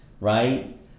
Right